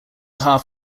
half